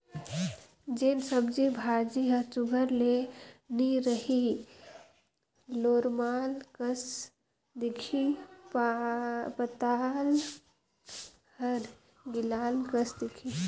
जेन सब्जी भाजी हर सुग्घर ले नी रही लोरमाल कस दिखही पताल हर गिलाल कस दिखही